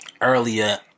earlier